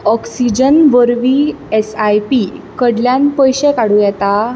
oxygen वरवीं S I P कडल्यान पयशे काडूं येता